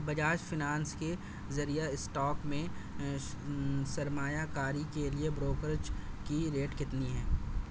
Bajaj finance کے ذریعہ stock میں سرمایہ کاری کے لیے بروکریج کی ریٹ کتنی ہے